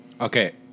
Okay